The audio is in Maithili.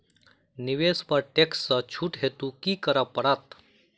निवेश पर टैक्स सँ छुट हेतु की करै पड़त?